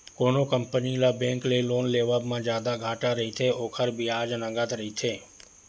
कोनो कंपनी ल बेंक ले लोन लेवब म जादा घाटा रहिथे, ओखर बियाज नँगत रहिथे